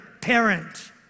parent